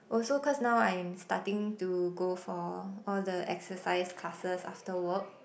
also cause now I'm starting to go for all the exercise classes after work